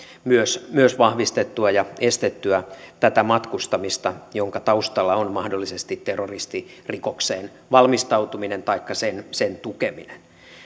myös myös vahvistettua ja estettyä tätä matkustamista jonka taustalla on mahdollisesti terroristirikokseen valmistautuminen taikka sen sen tukeminen